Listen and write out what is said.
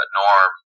norm